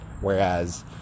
whereas